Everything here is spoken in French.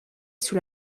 sous